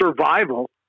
survival